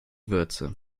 würze